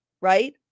right